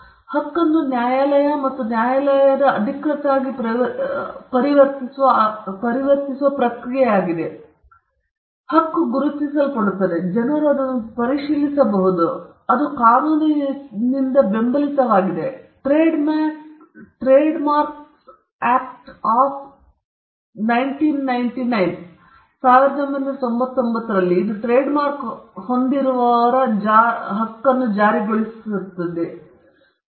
ಆದ್ದರಿಂದ ಈ ಹಕ್ಕನ್ನು ನ್ಯಾಯಾಲಯ ಮತ್ತು ನ್ಯಾಯಾಲಯದ ಅಧಿಕೃತ ಆಗಿ ಪರಿವರ್ತಿಸುವ ಪ್ರಕ್ರಿಯೆಯಾಗಿದೆ ಇದು ಗುರುತಿಸಲ್ಪಟ್ಟಿದೆ ಜನರು ಅದನ್ನು ಪರಿಶೀಲಿಸಬಹುದು ಮತ್ತು ಅದು ಸಹ ಏಕೆಂದರೆ ಅದು ಕಾನೂನಿನಿಂದ ಬೆಂಬಲಿತವಾಗಿದೆ ಟ್ರೇಡ್ಮಾರ್ಕ್ಸ್ ಆಕ್ಟ್ ಆಫ್ 1999 ಇದು ಟ್ರೇಡ್ಮಾರ್ಕ್ ಹೊಂದಿರುವವರಿಗೆ ಅದನ್ನು ಜಾರಿಗೊಳಿಸುವ ಹಕ್ಕನ್ನು ನೀಡುತ್ತದೆ